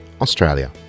Australia